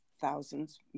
thousands